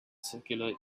circular